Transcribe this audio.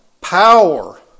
Power